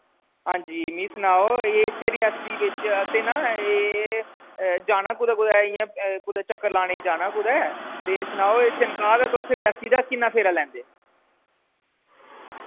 हांजी मिं सनाओ एह् इत्थै रियासी बिच असें ना एह् जाना कुतै कुतै इयां कुतै चक्कर लाने ई जाना कुतै ते सनाओ एह् चनकाह् दा तुस रियासी तक किन्ना फेरा लैंदे